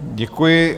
Děkuji.